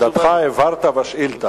את עמדתך הבהרת בשאילתא.